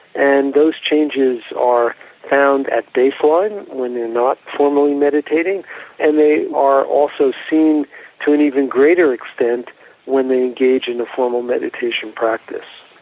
and those changes are found at baseline when they're not formally meditating and they are also seen to an even greater extent when they engage in a formal meditation practice.